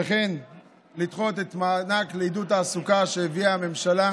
וכן לדחות את המענק לעידוד התעסוקה שהביאה הממשלה